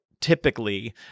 typically